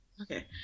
Okay